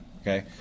okay